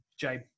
jay